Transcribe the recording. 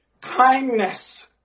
kindness